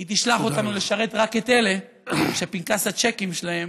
היא תשלח אותנו לשרת רק את אלה שפנקס הצ'קים שלהם